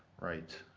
right.